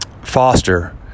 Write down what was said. foster